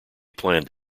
planned